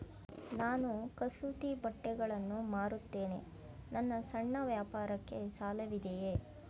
ನಾನು ಕಸೂತಿ ಬಟ್ಟೆಗಳನ್ನು ಮಾರುತ್ತೇನೆ ನನ್ನ ಸಣ್ಣ ವ್ಯಾಪಾರಕ್ಕೆ ಸಾಲವಿದೆಯೇ?